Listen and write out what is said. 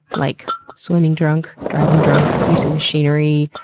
like swimming drunk, driving drunk, using machinery,